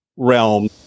Realm